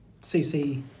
CC